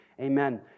Amen